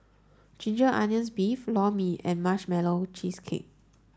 ginger onions beef Lor Mee and marshmallow cheesecake